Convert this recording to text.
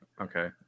Okay